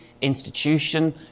institution